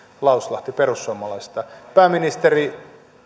lauslahti perussuomalaisista pääministeri